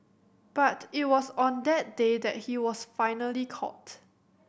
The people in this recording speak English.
but it was on that day that he was finally caught